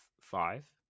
five